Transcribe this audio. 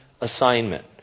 assignment